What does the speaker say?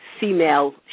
female